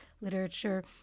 literature